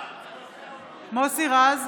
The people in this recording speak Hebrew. בעד מוסי רז,